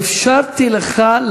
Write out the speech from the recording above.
ואפשרתי לך,